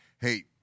Hey